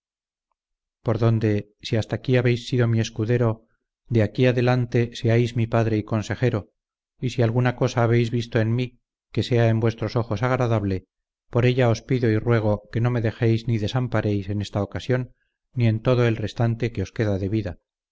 por donde si hasta aquí habéis sido mi escudero de aquí adelante seáis mi padre y consejero y si alguna cosa habéis visto en mí que sea en vuestros ojos agradable por ella os pido y ruego que no me dejéis ni desamparéis en esta ocasión ni en todo el restante que os queda de vida